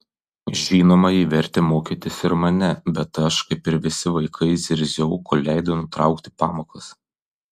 žinoma ji vertė mokytis ir mane bet aš kaip ir visi vaikai zirziau kol leido nutraukti pamokas